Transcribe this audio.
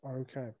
Okay